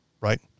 Right